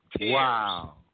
Wow